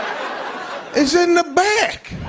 is in the back.